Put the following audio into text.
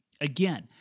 Again